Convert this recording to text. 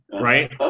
right